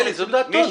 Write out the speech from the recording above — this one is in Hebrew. מלכיאלי, זו דעתו.